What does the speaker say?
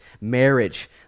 marriage